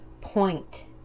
point